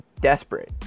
desperate